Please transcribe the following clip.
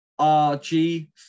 RG